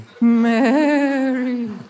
Mary